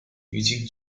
eugene